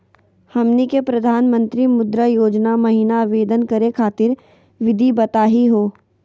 हमनी के प्रधानमंत्री मुद्रा योजना महिना आवेदन करे खातीर विधि बताही हो?